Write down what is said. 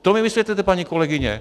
To my vysvětlete, paní kolegyně.